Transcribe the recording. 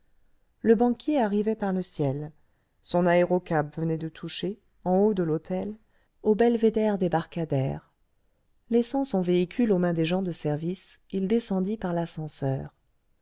le banquier arrivait par le ciel son aérocab venait de toucher en le tube haut de l'hôtel au belvédère débarcadère laissant son véhicule aux mains des gens de service il descendit par l'ascenseur